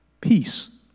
Peace